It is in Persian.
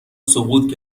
سقوط